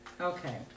Okay